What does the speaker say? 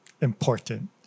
important